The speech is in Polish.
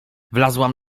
wlazłam